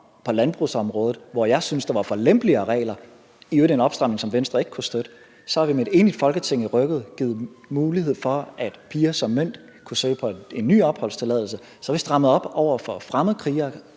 på landbrugsområdet, hvor jeg synes, der var for lempelige regler – i øvrigt en opstramning, som Venstre ikke kunne støtte. Så har vi med et enigt Folketing i ryggen givet mulighed for, at piger som Mint på ny kan søge om opholdstilladelse. Og så har vi strammet op over for fremmedkrigere,